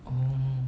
oh